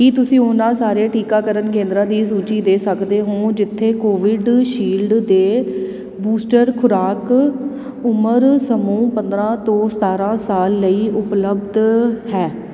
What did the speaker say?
ਕੀ ਤੁਸੀਂ ਉਹਨਾਂ ਸਾਰੇ ਟੀਕਾਕਰਨ ਕੇਂਦਰਾਂ ਦੀ ਸੂਚੀ ਦੇ ਸਕਦੇ ਹੋ ਜਿੱਥੇ ਕੋਵਿਡਸ਼ੀਲਡ ਦੇ ਬੂਸਟਰ ਖੁਰਾਕ ਉਮਰ ਸਮੂਹ ਪੰਦਰਾਂ ਤੋਂ ਸਤਾਰਾਂ ਸਾਲ ਲਈ ਉਪਲਬਧ ਹੈ